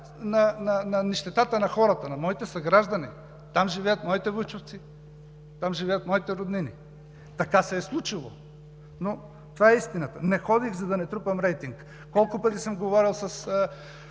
на нищетата на хората, на моите съграждани. Там живеят моите вуйчовци, там живеят моите роднини. Така се е случило, но това е истината. Не ходих, за да не трупам рейтинг. Колко пъти съм говорил с